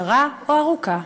קצרה או ארוכה,